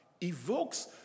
evokes